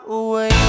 away